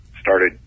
started